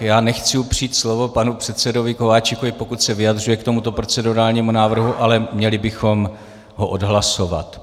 Já nechci upřít slovo panu předsedovi Kováčikovi, pokud se vyjadřuje k tomuto procedurálnímu návrhu, ale měli bychom ho odhlasovat.